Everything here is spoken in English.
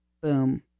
boom